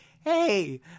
hey